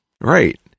Right